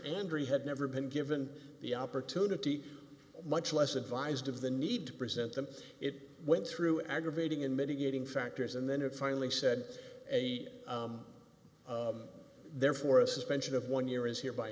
andry had never been given the opportunity much less advised of the need to present them it went through aggravating and mitigating factors and then it finally said a therefore a suspension of one year is here by